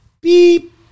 beep